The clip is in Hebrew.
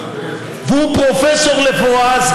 הוא פרופסור לרפואה,